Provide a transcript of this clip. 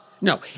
No